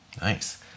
Nice